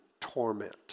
torment